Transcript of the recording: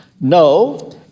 No